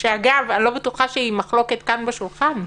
אגב, אני לא בטוחה שהיא מחלוקת כאן בשולחן,